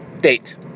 date